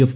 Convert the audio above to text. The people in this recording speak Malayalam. എഫ്